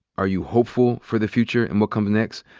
are you hopeful for the future and what comes next?